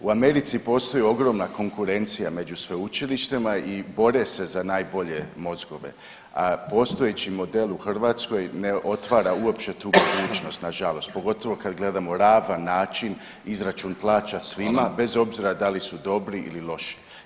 U Americi postoji ogromna konkurencija među sveučilištima i bore za najbolje mozgove, postojeći model u Hrvatskoj ne otvara uopće tu mogućnost nažalost, pogotovo kad gledamo ravan način izračun plaća svima, bez obzira da li su dobri ili loši.